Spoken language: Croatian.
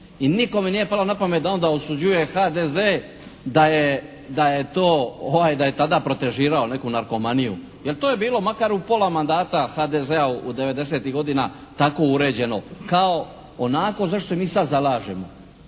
i nikome nije palo na pamet da onda osuđuje HDZ da je to, da je tada protežirao neku narkomaniju jer to je bilo makar u pola mandata HDZ-a '90-tih godina tako uređeno kao onako za što se mi sad zalažemo,